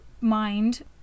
mind